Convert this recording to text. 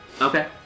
Okay